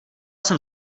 jsem